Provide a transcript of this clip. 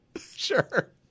Sure